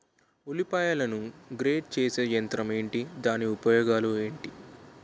ఉల్లిపాయలను గ్రేడ్ చేసే యంత్రం ఏంటి? దాని ఉపయోగాలు ఏంటి?